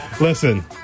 Listen